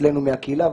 אצלנו מהקהילה,